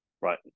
Right